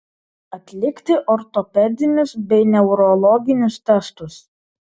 atlikti ortopedinius bei neurologinius testus